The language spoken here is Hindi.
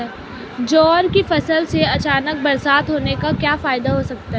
ज्वार की फसल में अचानक बरसात होने से क्या फायदा हो सकता है?